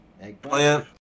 eggplant